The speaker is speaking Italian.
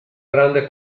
grande